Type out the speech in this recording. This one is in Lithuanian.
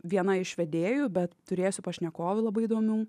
viena iš vedėjų bet turėsiu pašnekovių labai įdomių